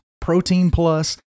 protein-plus